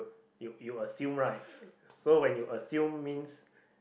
you you assume right so when you assume means